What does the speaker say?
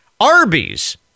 Arby's